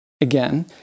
again